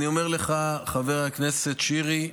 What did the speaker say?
אני אומר לך, חבר הכנסת שירי,